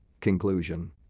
Conclusion